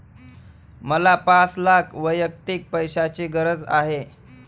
मला पाच लाख वैयक्तिक पैशाची गरज आहे